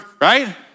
right